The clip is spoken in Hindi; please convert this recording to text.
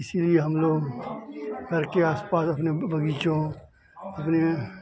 इसलिए हम लोग घर के आस पास अपने बग़ीचों अपने